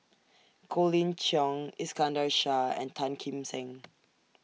Colin Cheong Iskandar Shah and Tan Kim Seng